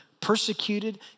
persecuted